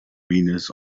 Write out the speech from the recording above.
venus